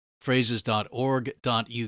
Phrases.org.uk